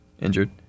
injured